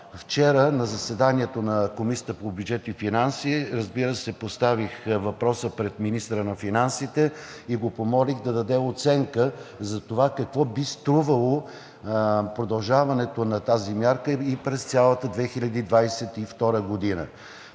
Вчера, на заседанието на Комисията по бюджет и финанси, разбира се, поставих въпроса пред министъра на финансите и го помолих да даде оценка за това какво би струвало продължаването на тази мярка и през цялата 2022 г.